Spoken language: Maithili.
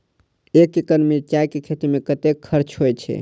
एक एकड़ मिरचाय के खेती में कतेक खर्च होय छै?